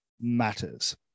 matters